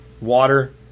water